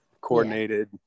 coordinated